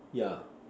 yeah